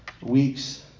weeks